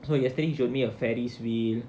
so yesterday he showed me a ferris wheel